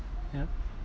yup